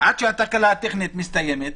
עד שהתקלה הטכנית מסתיימת,